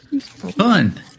Fun